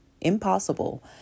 impossible